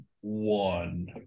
One